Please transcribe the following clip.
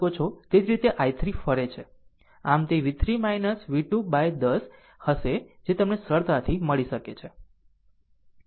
આમ તે v 3 v2 by 10 હશે જે તમને સરળતાથી મળી શકે